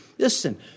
Listen